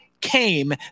came